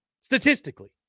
statistically